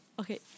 Okay